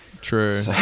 true